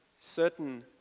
certain